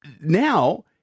Now